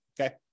okay